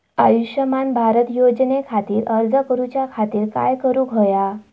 आयुष्यमान भारत योजने खातिर अर्ज करूच्या खातिर काय करुक होया?